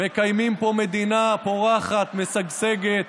מקיימים פה מדינה פורחת, משגשגת,